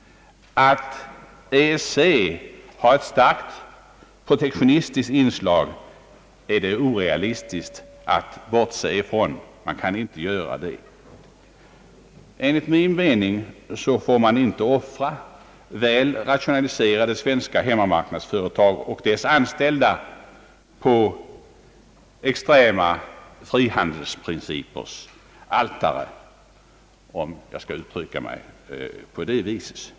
Att EEC har ett starkt protektionistiskt inslag är det orealistiskt att bortse från. Enligt min mening får man inte offra väl rationaliserade hemmamarknadsföretag och dess anställda på extrema frihandelsprincipers altare, om jag får uttrycka mig på det viset.